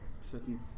certain